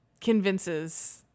convinces